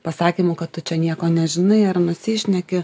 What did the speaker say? pasakymų kad tu čia nieko nežinai ar nusišneki